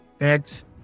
Eggs